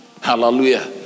Hallelujah